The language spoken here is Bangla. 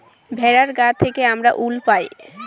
ভেড়ার গা থেকে আমরা উল পাই